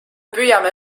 püüame